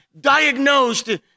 diagnosed